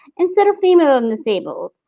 instead of female and disabled.